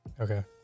Okay